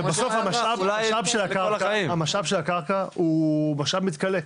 ובסוף המשאב של הקרקע הוא משאב מתכלה,